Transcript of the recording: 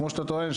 כמו שאתה טוען,